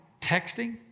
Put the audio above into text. texting